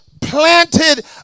planted